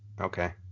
Okay